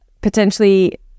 potentially